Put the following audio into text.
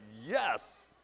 yes